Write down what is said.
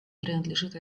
принадлежит